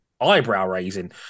eyebrow-raising